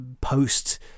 post